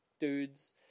dudes